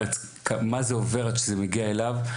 מה זה עובר עד שזה מגיע אליו?